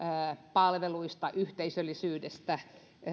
palveluista yhteisöllisyydestä